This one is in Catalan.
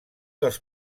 dels